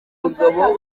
mugabo